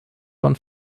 von